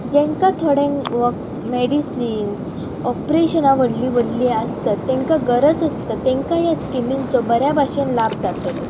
जेंकां थोड्यांक वख मॅडिसिन्स ऑपरेशनां व्हडलीं व्हडलीं आसतत तेंकां गरज आसता तेंकां ह्या स्किमींचो बऱ्या भाशेन लाभ जातलो